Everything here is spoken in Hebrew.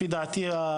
לפי דעתי,